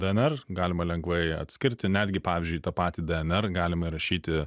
dnr galima lengvai atskirti netgi pavyzdžiui į tą patį dnr galima įrašyti